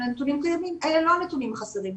אלה לא הנתונים החסרים.